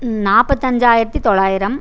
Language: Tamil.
நாற்பத்தஞ்சாயிரத்தி தொள்ளாயிரம்